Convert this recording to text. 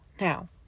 Now